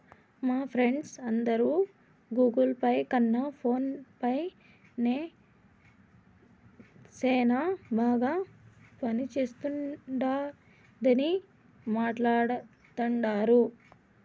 మా ఫ్రెండ్స్ అందరు Google Pay కన్న ఫోన్ పే నే సేనా బాగా పనిచేస్తుండాదని మాట్లాడతాండారు